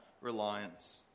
reliance